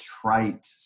trite